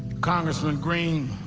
congressman green